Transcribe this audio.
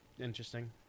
interesting